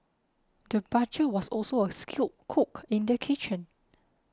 the butcher was also a skilled cook in the kitchen